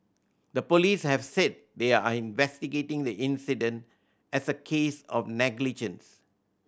the police have said they are investigating the incident as a case of negligence